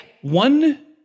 One